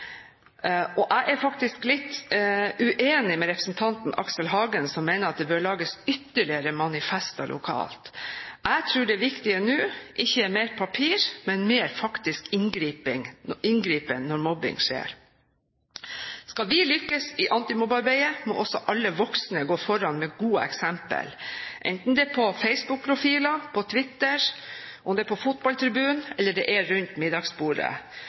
Jeg er litt uenig med representanten Aksel Hagen, som mener at det bør lages ytterligere manifester lokalt. Jeg tror det viktige nå ikke er mer papir, men mer inngripen når mobbing skjer. Skal vi lykkes i antimobbearbeidet, må også alle voksne gå foran med gode eksempler, enten det er på facebookprofiler, på Twitter, på fotballtribunen, eller det er rundt middagsbordet.